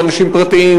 אנשים פרטיים,